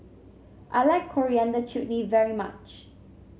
I like Coriander Chutney very much